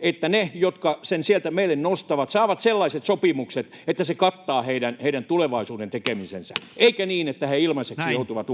että ne, jotka sen sieltä meille nostavat, saavat sellaiset sopimukset, että ne kattavat heidän tulevaisuuden tekemisensä, eikä niin, että he ilmaiseksi joutuvat